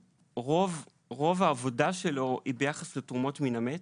רוב העבודה שלו היא ביחס לתרומות מן המת.